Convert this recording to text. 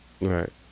Right